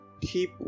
Keep